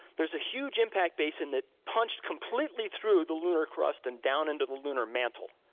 there's a huge impact basin that punched completely through the lunar crust and down into the lunar mantle.